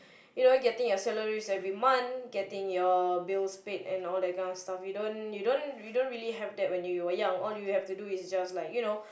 you know getting your salary every month getting your bills paid and all that kind of stuff you don't you don't you don't really have that when you were young all you have to do is just like you know